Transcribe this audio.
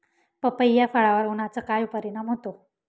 पपई या फळावर उन्हाचा काय परिणाम होतो?